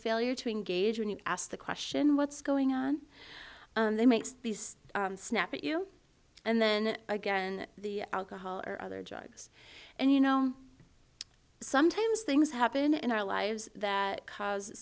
failure to engage when you ask the question what's going on they makes these snap at you and then again the alcohol or other drugs and you know sometimes things happen in our lives that cause